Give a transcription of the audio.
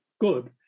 good